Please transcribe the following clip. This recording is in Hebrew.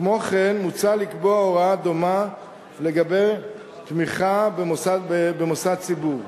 כמו כן מוצע לקבוע הוראה דומה לגבי תמיכה במוסד ציבור.